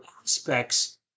aspects